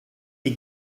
die